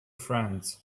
friends